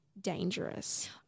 dangerous